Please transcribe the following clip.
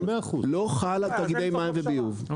לא חל על תאגידי מים וביוב,